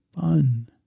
fun